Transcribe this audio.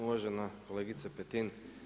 Uvažena kolegice Petin.